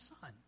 Son